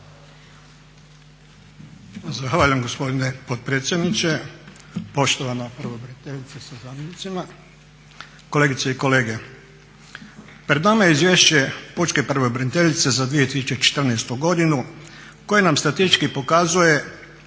Zahvaljujem gospodine potpredsjedniče, poštovana pravobraniteljice sa zamjenicima, kolegice i kolege. Pred nama je izvješće pučke pravobraniteljice za 2014. godinu koje nam statistički pokazuje